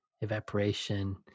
evaporation